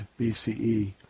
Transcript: BCE